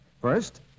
First